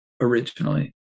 originally